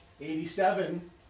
Eighty-seven